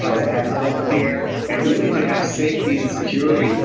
ah to have health care, and really to have safety and security,